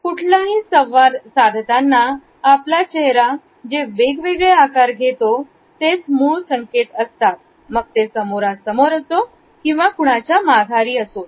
कुठलाही संवाद साधताना आपला चेहरा जे वेगवेगळे आकार घेतो तेच मूळ संकेत असतात मग ते समोरासमोर असो किंवा कुणाच्या माघारी असोत